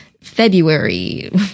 February